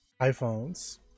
iPhones